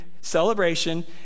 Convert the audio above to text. celebration